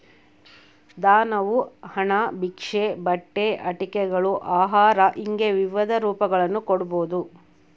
ದಾನವು ಹಣ ಭಿಕ್ಷೆ ಬಟ್ಟೆ ಆಟಿಕೆಗಳು ಆಹಾರ ಹಿಂಗೆ ವಿವಿಧ ರೂಪಗಳನ್ನು ಕೊಡ್ಬೋದು